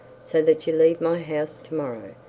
so that you leave my house to-morrow.